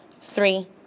three